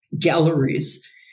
galleries